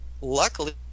luckily